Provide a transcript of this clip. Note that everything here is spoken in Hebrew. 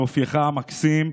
באופייך המקסים,